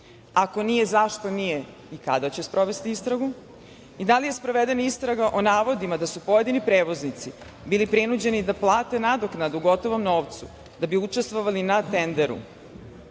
Ako nije, zašto nije i kada će sprovesti istragu? Da li je sprovedena istraga o navodima da su pojedini prevoznici bili prinuđeni da plate nadoknadu u gotovom novcu da bi učestvovali na tenderu?